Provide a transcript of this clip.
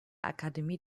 akademie